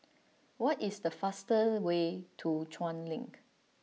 what is the fastest way to Chuan Link